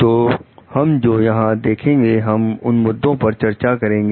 तो हम जो यहां देखेंगे हम उन मुद्दों पर चर्चा करेंगे